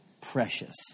precious